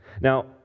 now